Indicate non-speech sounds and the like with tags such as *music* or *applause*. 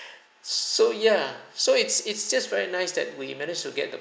*breath* so ya so it's it's just very nice that we managed to get the